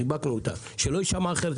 חיבקנו אותם, שלא יישמע אחרת.